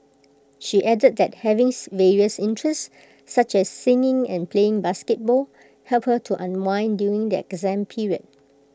she added that having various interests such as singing and playing basketball helped her to unwind during the exam period